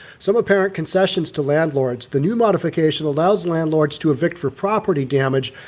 some apparent concessions to landlords, the new modification allows landlords to evict for property damage,